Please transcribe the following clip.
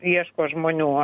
ieško žmonių